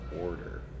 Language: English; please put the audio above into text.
order